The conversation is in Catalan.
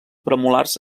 premolars